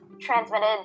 transmitted